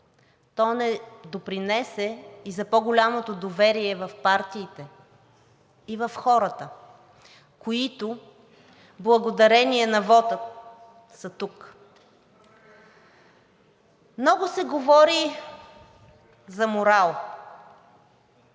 То не допринесе и за по-голямото доверие в партиите, и в хората, които благодарение на вота са тук. Много се говори за морал